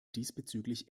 diesbezüglich